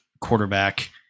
quarterback